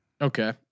Okay